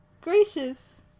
Gracious